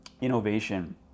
innovation